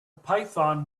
python